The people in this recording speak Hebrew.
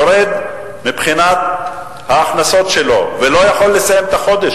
יורד מבחינת ההכנסות שלו ולא יכול לסיים את החודש,